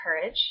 courage